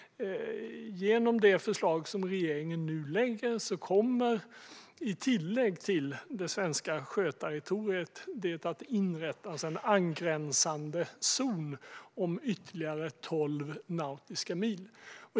Genom det förslag som regeringen nu lägger fram kommer det, i tillägg till det svenska sjöterritoriet, att inrättas en angränsande zon på ytterligare tolv nautiska mil.